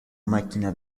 máquina